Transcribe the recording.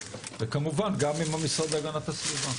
וכמובן גם עם המשרד להגנת הסביבה.